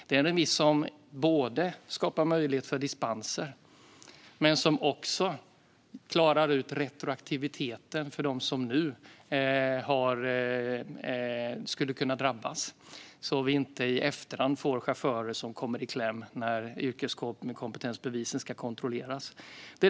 Förslaget skapar möjlighet till dispens och klarar också ut retroaktiviteten för dem som skulle kunna drabbas så att vi inte i efterhand får chaufförer som kommer i kläm när yrkeskompetensbevisen ska kontrolleras.